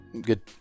good